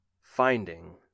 Finding